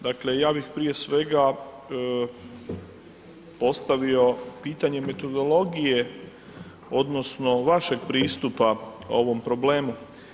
Dakle, ja bih prije svega postavio pitanje metodologije odnosno vašeg pristupa ovom problemu.